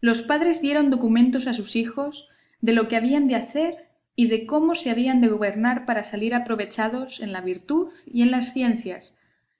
los padres dieron documentos a sus hijos de lo que habían de hacer y de cómo se habían de gobernar para salir aprovechados en la virtud y en las ciencias